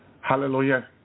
Hallelujah